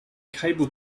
cable